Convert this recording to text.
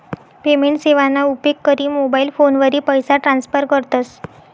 payment सेवाना उपेग करी मोबाईल फोनवरी पैसा ट्रान्स्फर करतस